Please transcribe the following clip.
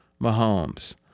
Mahomes